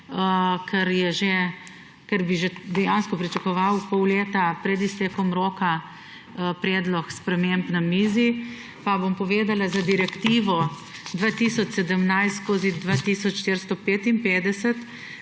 ker bi že dejansko pričakoval pol leta pred iztekom roka predlog sprememb na mizi. Pa bom povedala. Direktiva 2017/2455,